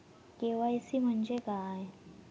KYC म्हणजे काय?